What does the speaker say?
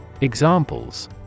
Examples